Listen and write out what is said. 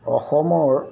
অসমৰ